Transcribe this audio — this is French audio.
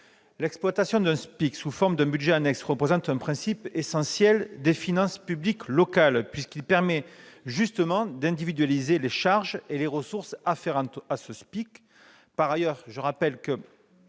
L'exploitation d'un SPIC sous la forme d'un budget annexe représente un principe essentiel des finances publiques locales, puisqu'il permet justement d'individualiser les charges et ressources afférentes à ce SPIC.